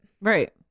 Right